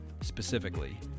specifically